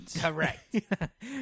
Correct